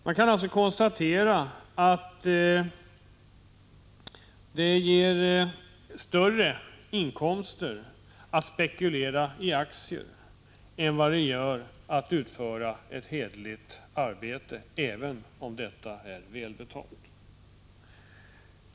Man kan alltså konstatera att det ger större inkomster att spekulera i aktier än att utföra ett hederligt arbete — även om detta är välbetalt.